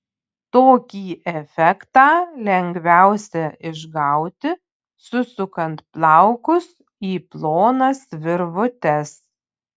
tokį efektą lengviausia išgauti susukant plaukus į plonas virvutes